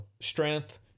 strength